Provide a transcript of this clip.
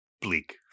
bleak